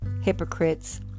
hypocrites